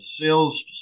sales